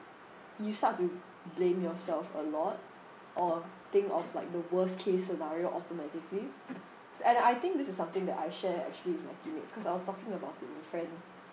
you start to blame yourself a lot or think of like the worst case scenario often everything and I think this is something that I share actually with my teammates because I was talking about it with friend